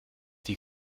die